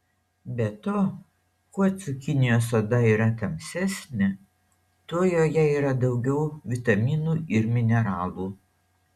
be to kuo cukinijos oda yra tamsesnė tuo joje yra daugiau vitaminų ir mineralų